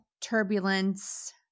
Turbulence